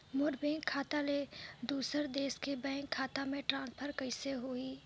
मोर bank खाता ले दुसर देश के बैंक खाता मे ट्रांसफर कइसे होही?